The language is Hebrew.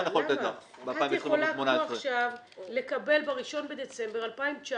את יכולה עכשיו לקבל ב-1 בדצמבר 2019